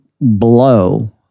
blow